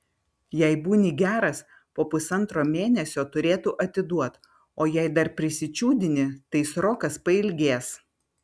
jei būni geras po pusantro mėnesio turėtų atiduot o jei dar prisičiūdini tai srokas pailgės